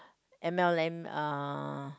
m_l_m uh